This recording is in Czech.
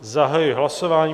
Zahajuji hlasování.